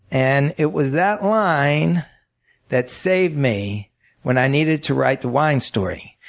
and it was that line that saved me when i needed to write the wine story.